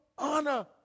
honor